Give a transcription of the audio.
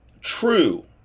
True